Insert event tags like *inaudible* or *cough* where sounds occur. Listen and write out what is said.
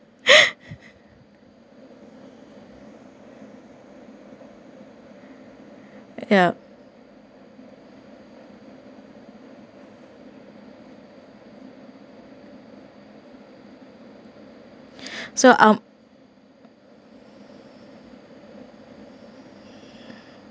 *laughs* yup so um